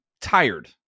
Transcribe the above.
tired